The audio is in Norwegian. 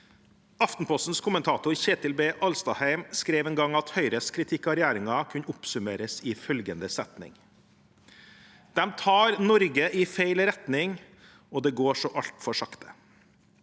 Aftenpostens kommentator Kjetil B. Alstadheim skrev en gang at Høyres kritikk av regjeringen kunne oppsummeres i følgende setning: De tar Norge i feil retning, og det går så altfor sakte.